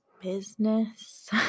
business